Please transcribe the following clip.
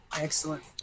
Excellent